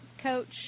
coach